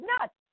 nuts